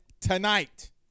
tonight